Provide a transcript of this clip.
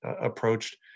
approached